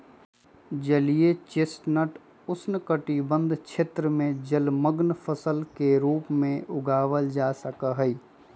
जलीय चेस्टनट उष्णकटिबंध क्षेत्र में जलमंग्न फसल के रूप में उगावल जा सका हई